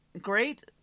Great